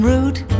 Route